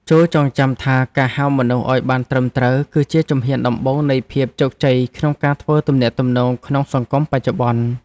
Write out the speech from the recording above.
ចូរចងចាំថាការហៅមនុស្សឱ្យបានត្រឹមត្រូវ គឺជាជំហានដំបូងនៃភាពជោគជ័យក្នុងការធ្វើទំនាក់ទំនងក្នុងសង្គមបច្ចុប្បន្ន។